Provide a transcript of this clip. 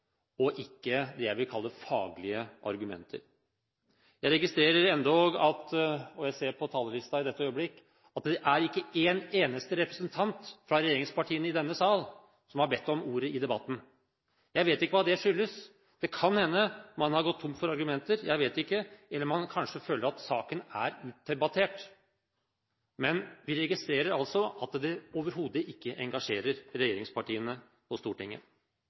og ikke av det jeg vil kalle faglige argumenter. Jeg registrerer endog – og jeg ser på talerlisten i dette øyeblikk – at det er ikke én eneste representant fra regjeringspartiene i denne sal som har bedt om ordet i debatten. Jeg vet ikke hva det skyldes. Det kan hende man har gått tom for argumenter, jeg vet ikke, eller kanskje man føler at saken er utdebattert. Men vi registrerer altså at det overhodet ikke engasjerer regjeringspartiene på Stortinget.